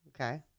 Okay